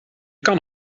kan